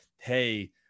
hey